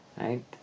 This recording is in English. Right